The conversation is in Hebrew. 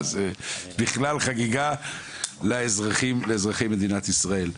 ואז בכלל חגיגה לאזרחי מדינת ישראל.